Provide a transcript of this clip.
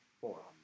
four